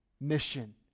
mission